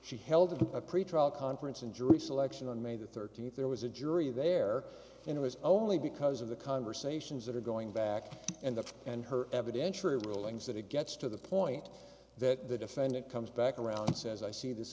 she held a pretrial conference in jury selection on may the thirteenth there was a jury there and it was only because of the conversations that are going back and the and her evidentiary rulings that it gets to the point that the defendant comes back around and says i see this